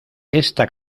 esta